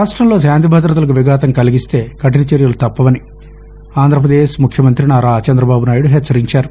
రాష్ట్రంలో శాంతిభదతలకు విఘాతం కలిగిస్తే కఠిన చర్యలు తప్పవని ఆంధ్రపదేశ్ ముఖ్యమంతి నారా చందబాబునాయుడు హెచ్చరించారు